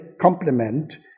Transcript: complement